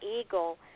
eagle